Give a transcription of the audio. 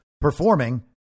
performing